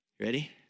Ready